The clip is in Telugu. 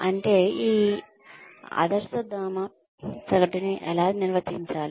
అంటే ఈ ఆదర్శధామ సగటును ఎలా నిర్వచించాలి